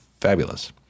fabulous